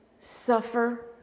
suffer